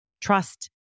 trust